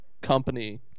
company